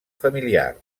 familiar